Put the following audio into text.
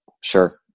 Sure